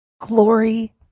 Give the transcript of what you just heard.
Glory